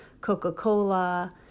Coca-Cola